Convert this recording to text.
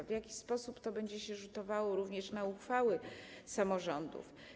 W jaki sposób będzie to rzutowało również na uchwały samorządów?